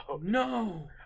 No